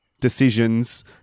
decisions